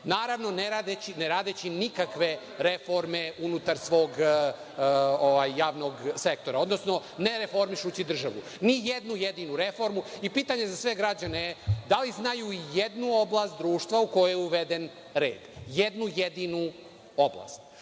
naravno, ne radeći nikakve reforme unutar svog javnog sektora, odnosno ne reformišući državu, ni jednu jedinu reformu. Pitanje za sve građane – da li znaju jednu oblast društva u kojoj je uveden red, jednu jedinu oblast? Znači,